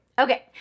Okay